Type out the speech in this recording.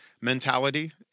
mentality